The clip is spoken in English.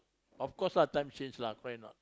of course lah time change lah correct or not